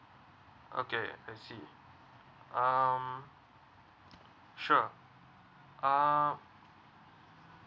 okay I see um sure um